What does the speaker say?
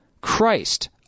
Christ